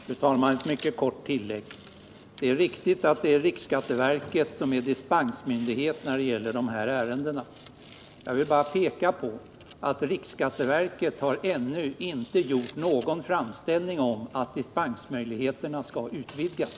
Fru talman! Jag skall göra ett mycket kort tillägg. Det är riktigt att det är riksskatteverket som är dispensmyndighet i dessa ärenden. Jag vill bara peka på att riksskatteverket ännu inte har gjort någon framställning om att dispensmöjligheterna skall utvidgas.